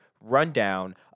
rundown